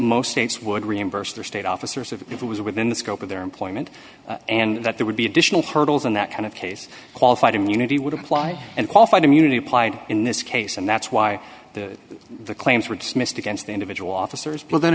most states would reimburse their state officers if it was within the scope of their employment and that there would be additional hurdles and that kind of case qualified immunity would apply and qualified immunity applied in this case and that's why the the claims were dismissed against the individual officers but then